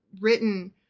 written